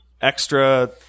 extra